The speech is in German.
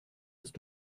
ist